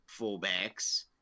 fullbacks